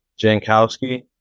Jankowski